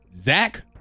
Zach